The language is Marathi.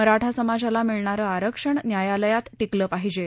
मराठा समाजाला मिळणारं आरक्षण न्यायालयात टिकलं पाहिजे